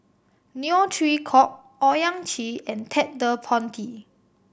Neo Chwee Kok Owyang Chi and Ted De Ponti